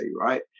right